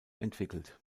entwickelt